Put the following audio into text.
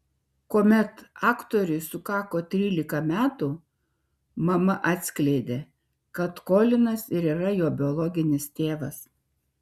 kuomet aktoriui sukako trylika metų mama atskleidė kad kolinas ir yra jo biologinis tėvas